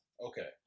Okay